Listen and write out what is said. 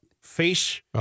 face